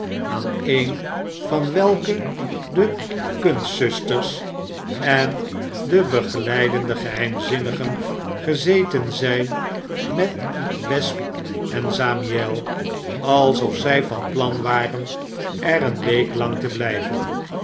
aan een van welke de kunstzusters en de begeleidende geheimzinnigen gezeten zjn met wesp en zamiel alsof zy van plan waren er een week lang te bliiven